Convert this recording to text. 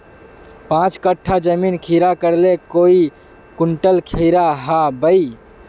पाँच कट्ठा जमीन खीरा करले काई कुंटल खीरा हाँ बई?